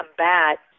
combat